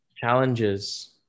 challenges